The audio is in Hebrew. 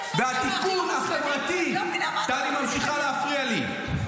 והתיקון החברתי ------ טלי ממשיכה להפריע לי.